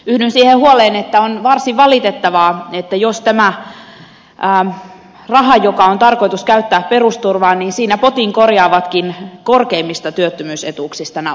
yhdyn siihen huoleen että on varsin valitettavaa jos tämän rahan osalta joka on tarkoitus käyttää perusturvaan potin korjaavatkin korkeimmista työttömyysetuuksista nauttivat